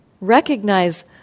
recognize